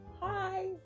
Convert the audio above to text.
hi